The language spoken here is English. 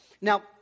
Now